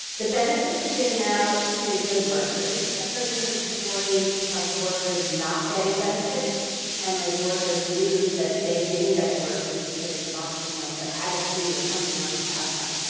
the benefits are given out to good workers. i certainly heard stories of workers not getting benefits and those workers knew that they didn't get the workers because the boss didn't like their attitude or something else about them.